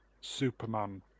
Superman